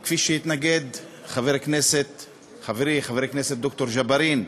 התנגד לה חברי חבר הכנסת ד"ר ג'בארין,